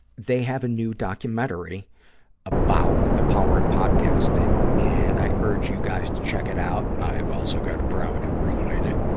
they have a new documentary about the power of podcasting, and i urge you guys to check it out. i've also got a prominent role in it.